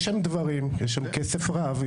יש שם דברים, יש שם כסף רב.